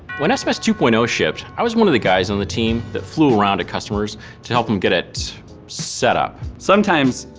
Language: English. when sms two point zero shipped, i was one of the guys on the team that flew around to customers to help them get it set up. sometimes,